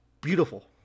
beautiful